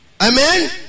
amen